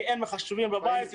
כי אין מחשבים בבית.